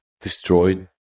destroyed